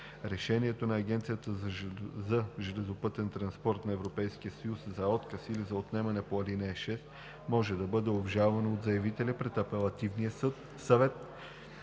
Решението на Агенцията за железопътен транспорт на Европейския съюз за отказ или за отнемане по ал. 6 може да бъде обжалвано от заявителя пред Апелативния съвет,